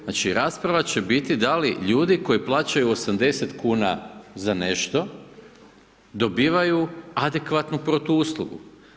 Znači rasprava će biti da li ljudi koji plaćaju 80 kn za nešto, dobivaju adekvatnu protuuslugu.